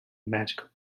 magical